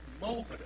moment